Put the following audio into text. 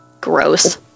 gross